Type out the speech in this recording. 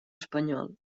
espanyol